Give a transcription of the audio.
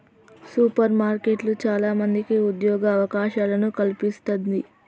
super మార్కెట్లు చాల మందికి ఉద్యోగ అవకాశాలను కల్పిస్తంది